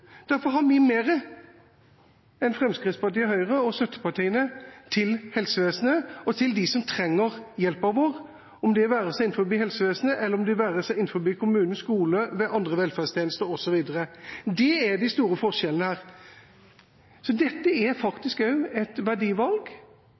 Derfor har vi mer enn Fremskrittspartiet og Høyre og støttepartiene til helsevesenet og til dem som trenger hjelpen vår, det være seg innenfor helsevesenet eller innenfor kommuner, skole, andre velferdstjenester osv. Det er de store forskjellene her. Dette er